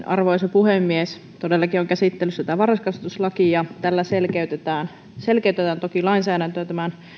arvoisa puhemies todellakin on käsittelyssä tämä varhaiskasvatuslaki ja tällä selkeytetään selkeytetään toki lainsäädäntöä tämän